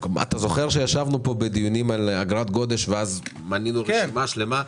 זוכר שישבנו פה בדיונים על אגרת גודש ומנינו רשימה שלמה?